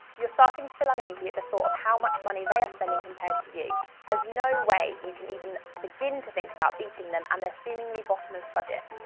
you're starting to feel uneasy at the thought of how much money they are spending compared to you there's no way you can even begin to think about beating them and their seemingly bottomless budget.